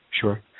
Sure